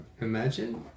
imagine